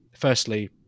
firstly